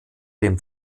dem